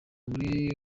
muri